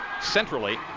centrally